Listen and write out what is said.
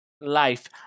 life